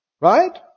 right